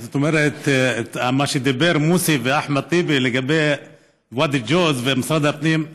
מה שדיברו מוסי ואחמד טיבי לגבי ואדי ג'וז ומשרד הפנים,